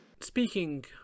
Speaking